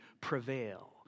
prevail